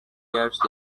years